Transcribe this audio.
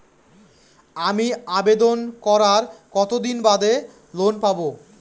আমি আবেদন করার কতদিন বাদে লোন পাব?